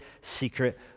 secret